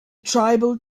tribal